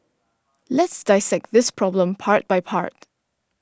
let's dissect this problem part by part